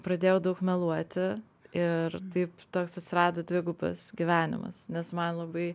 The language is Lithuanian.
pradėjau daug meluoti ir taip toks atsirado dvigubas gyvenimas nes man labai